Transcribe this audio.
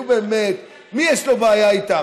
נו באמת, מי יש לו בעיה איתם?